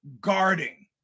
Guarding